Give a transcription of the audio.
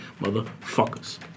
motherfuckers